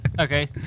Okay